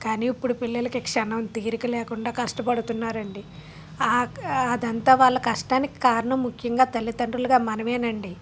కానీ ఇప్పుడు పిల్లలకి క్షణం తీరిక లేకుండా కష్టపడుతున్నారండి అదంతా వాళ్ళ కష్టానికి కారణం ముఖ్యంగా తల్లిదండ్రులుగా మనమే నండి